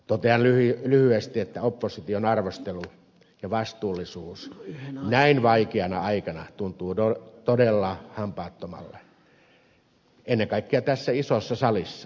totean lyhyesti että opposition arvostelu ja vastuullisuus näin vaikeana aikana tuntuu todella hampaattomalta ennen kaikkea tässä isossa salissa